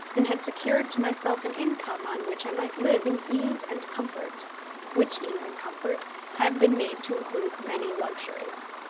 and had secured to myself an income on which i might live in ease and comfort which ease and comfort have been made to include many luxuries.